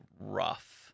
rough